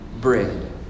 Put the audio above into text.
bread